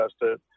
tested